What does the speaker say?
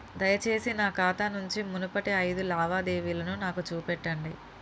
దయచేసి నా ఖాతా నుంచి మునుపటి ఐదు లావాదేవీలను నాకు చూపెట్టండి